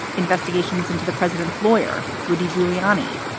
investigations into the president's lawyer, rudy giuliani,